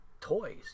toys